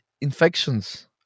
infections